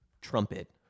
trumpet